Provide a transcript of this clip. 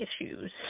issues